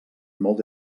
molt